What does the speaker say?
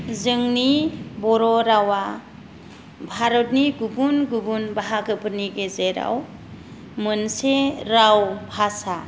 जोंनि बर' रावा भारतनि गुबुन गुबुन बाहागोफोरनि गेजेराव मोनसे राव भाषा